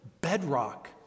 bedrock